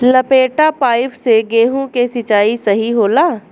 लपेटा पाइप से गेहूँ के सिचाई सही होला?